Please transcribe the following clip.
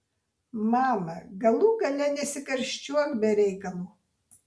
mama galų gale nesikarščiuok be reikalo